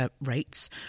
rates